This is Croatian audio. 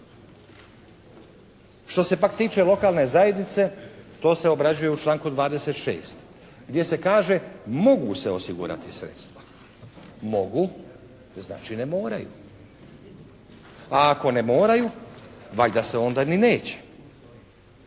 Što se pak tiče lokalne zajednice to se obrađuje u članku 26. gdje se kaže: «Mogu se osigurati sredstva.» Mogu, znači ne moraju. A ako ne moraju valjda se onda ni neće.